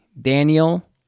Daniel